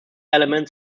elements